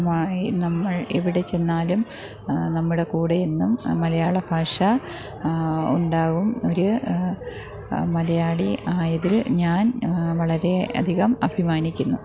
മായി നമ്മള് എവിടെ ചെന്നാലും നമ്മുടെ കൂടെ എന്നും മലയാള ഭാഷ ഉണ്ടാകും ഒരു മലയാളി ആയതില് ഞാന് വളരെ അധികം അഭിമാനിക്കുന്നു